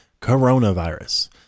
coronavirus